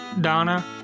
Donna